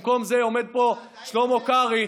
במקום זה עומד פה שלמה קרעי,